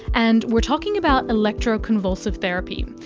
and we're talking about electroconvulsive therapy,